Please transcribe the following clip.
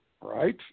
Right